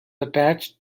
attached